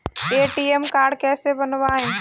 ATM card कैसे बनवाएँ?